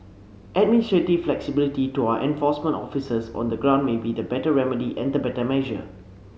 administrative flexibility to our enforcement officers on the ground may be the better remedy and the better measure